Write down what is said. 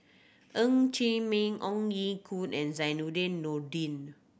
Ng Chee Meng Ong Ye Kung and Zainudin Nordin